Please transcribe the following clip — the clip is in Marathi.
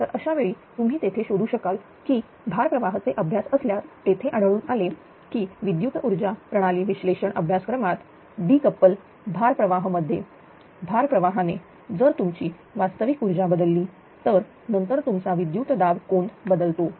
तर अशावेळी तुम्ही तेथे शोधू शकाल कि भार प्रवाह चे अभ्यास असल्यास तेथे आढळून आले की विद्युत ऊर्जा प्रणाली विश्लेषण अभ्यासक्रमात डी कप्पल भार प्रवाह मध्येभार प्रवाहाने जर तुमची वास्तविक ऊर्जा बदलली तर नंतर तुमचा विद्युत दाब कोन बदलतो